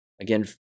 Again